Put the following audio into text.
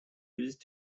used